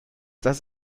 das